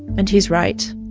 and he's right